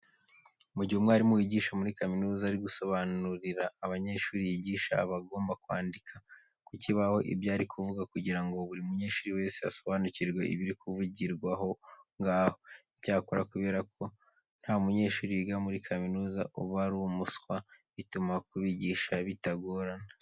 Mu gihe umwarimu wigisha muri kaminuza ari gusobanurira abanyeshuri yigisha, aba agomba kwandika ku kibaho ibyo ari kuvuga kugira ngo buri munyeshuri wese asobanukirwe ibiri kuvugirwa aho ngaho. Icyakora kubera ko nta munyeshuri wiga muri kaminuza uba ri umuswa, bituma kubigisha bitagorana.